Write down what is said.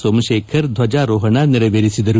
ಸೋಮಶೇಖರ್ ಧ್ವಾಜರೋಹಣ ನೆರವೇರಿಸಿದರು